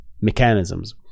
mechanisms